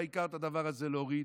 העיקר את הדבר הזה להוריד.